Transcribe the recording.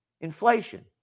inflation